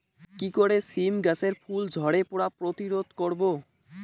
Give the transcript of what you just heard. কি করে সীম গাছের ফুল ঝরে পড়া প্রতিরোধ করব?